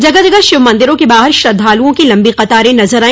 जगह जगह शिव मंदिरों के बाहर श्रद्धालुओं की लम्बी कतारे नजर आई